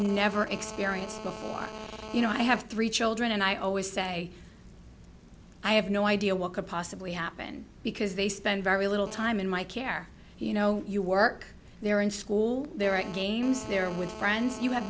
never experienced before you know i have three children and i always say i have no idea what could possibly happen because they spend very little time in my care you know you work they're in school they're at games they're with friends you have